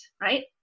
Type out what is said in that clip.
right